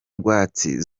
rwatsi